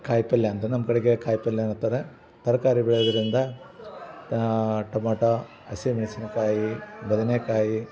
ಕಾಯಿ ಪಲ್ಯ ಅಂತ ನಮ್ಮ ಕಡೆಗೆ ಕಾಯಿ ಪಲ್ಯ ಅನ್ನುತ್ತಾರೆ ತರಕಾರಿ ಬೆಳೆಯೋದ್ರಿಂದ ಟೊಮೊಟೊ ಹಸಿಮೆಣಸಿನಕಾಯಿ ಬದನೆಕಾಯಿ